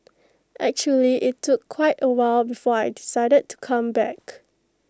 actually IT took quite A while before I decided to come back